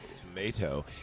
Tomato